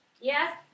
yes